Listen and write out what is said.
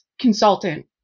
consultant